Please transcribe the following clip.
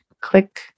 click